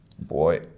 boy